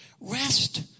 Rest